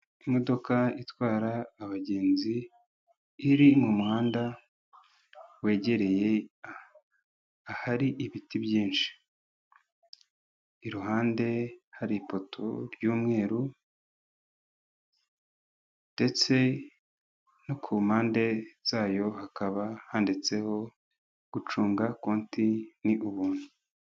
Imodoka itwara abagenzi, iri mu muhanda wegereye ahari ibiti byinshi. Iruhande hari ipoto ry'umweru, ndetse no ku mpande zayo hakaba handitseho gucunga konti ni ubuntu.